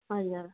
हजुर